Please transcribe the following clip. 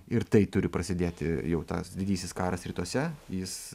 ir tai turi prasidėti jau tas didysis karas rytuose jis